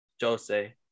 Jose